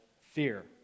fear